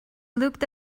looked